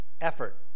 effort